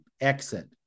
exit